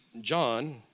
John